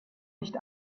nicht